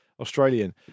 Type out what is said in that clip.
Australian